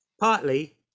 partly